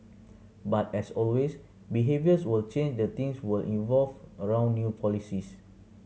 but as always behaviours will change the things will evolve around new policies